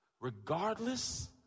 Regardless